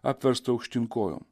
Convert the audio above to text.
apversta aukštyn kojom